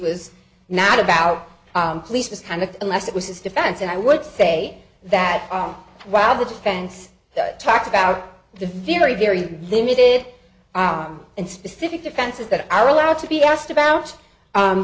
was not about police misconduct unless it was his defense and i would say that while the defense talked about the very very limited and specific defenses that are allowed to be asked about